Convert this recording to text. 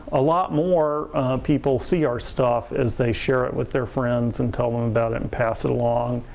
a lot more people see our stuff as they share it with their friends and tell them about it and pass it along.